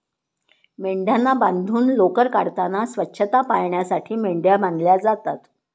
मेंढ्यांना बांधून लोकर काढताना स्वच्छता पाळण्यासाठी मेंढ्या बांधल्या जातात